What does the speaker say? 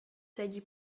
seigi